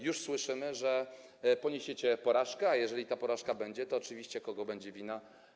Już słyszymy, że poniesiecie porażkę, a jeżeli ta porażka będzie, to oczywiście kogo będzie wina?